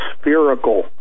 spherical